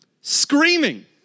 screaming